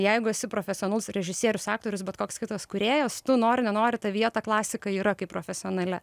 jeigu esi profesionalus režisierius aktorius bet koks kitas kūrėjas tu nori nenori tą vietą klasikai yra kaip profesionalia